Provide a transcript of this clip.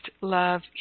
love